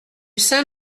saint